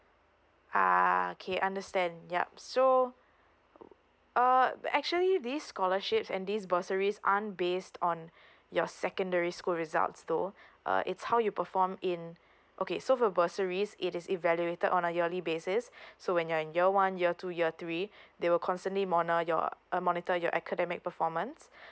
ah okay understand yup so uh actually this scholarships and this bursaries aren't based on your secondary school results though uh it's how you perform in okay so for bursaries it is evaluated on a yearly basis so when you're in year one year two year three they will constantly mone~ your uh monitor your academic performance